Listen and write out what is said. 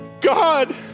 God